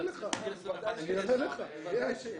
בוודאי שיש.